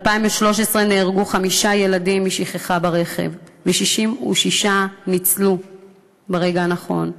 ב-2013 נהרגו חמישה ילדים משכחה ברכב ו-66 ניצלו ברגע הנכון.